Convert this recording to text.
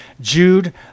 Jude